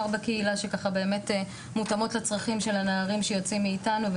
בקהילה שמותאמות לצרכים של הנערים שיוצאים מאתנו,